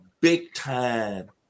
big-time